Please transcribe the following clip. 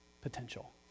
potential